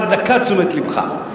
רק דקה תשומת לבך,